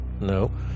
no